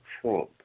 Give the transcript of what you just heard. Trump